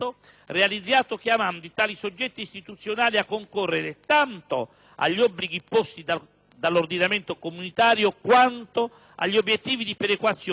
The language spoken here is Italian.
realizzato chiamando tali soggetti istituzionali a concorrere tanto agli «obblighi posti dall'ordinamento comunitario» quanto agli «obiettivi di perequazione